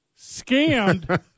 scammed